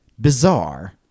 bizarre